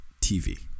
TV